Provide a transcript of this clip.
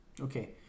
Okay